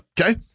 okay